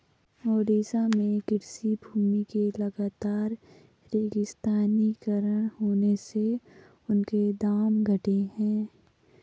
ओडिशा में कृषि भूमि के लगातर रेगिस्तानीकरण होने से उनके दाम घटे हैं